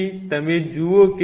તેથી તમે તેને જુઓ